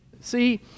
See